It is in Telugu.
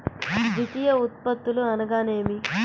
ద్వితీయ ఉత్పత్తులు అనగా నేమి?